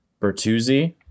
Bertuzzi